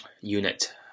unit